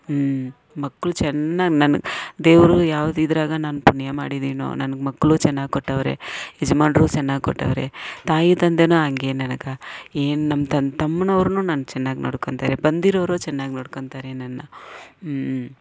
ಹ್ಞೂ ಮಕ್ಳು ಚೆನ್ನಾಗಿ ನನ್ನ ದೇವರು ಯಾವ್ದು ಇದ್ರಾಗ ನಾನು ಪುಣ್ಯ ಮಾಡಿದ್ದೀನೊ ನನ್ಗೆ ಮಕ್ಳು ಚೆನ್ನಾಗಿ ಕೊಟ್ಟವ್ರೆ ಯಜಮಾನ್ರು ಚೆನ್ನಾಗಿ ಕೊಟ್ಟವ್ರೆ ತಾಯಿ ತಂದೆನು ಹಂಗೆ ನನಗೆ ಏನು ನಮ್ಮ ತಂ ತಮ್ಮನವರುನು ನನ್ನ ಚೆನ್ನಾಗಿ ನೋಡ್ಕೊಳ್ತಾರೆ ಬಂದಿರೋರು ಚೆನ್ನಾಗಿ ನೋಡ್ಕೊಳ್ತಾರೆ ನನ್ನ ಹ್ಞೂ